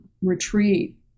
retreat